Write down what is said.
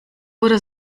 oder